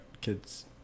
kids